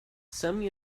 some